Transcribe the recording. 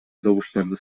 добуштарды